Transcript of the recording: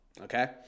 Okay